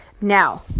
now